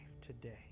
today